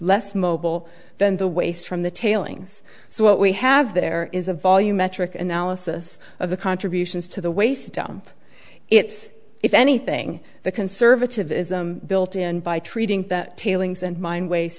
less mobile than the waste from the tailings so what we have there is a value metric analysis of the contributions to the waist down it's if anything the conservative is built in by treating tailings and min